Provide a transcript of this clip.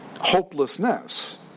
Hopelessness